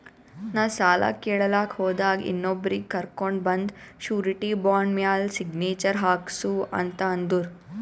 ನಾ ಸಾಲ ಕೇಳಲಾಕ್ ಹೋದಾಗ ಇನ್ನೊಬ್ರಿಗಿ ಕರ್ಕೊಂಡ್ ಬಂದು ಶೂರಿಟಿ ಬಾಂಡ್ ಮ್ಯಾಲ್ ಸಿಗ್ನೇಚರ್ ಹಾಕ್ಸೂ ಅಂತ್ ಅಂದುರ್